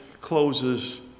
closes